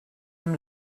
amb